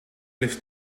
lift